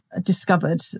discovered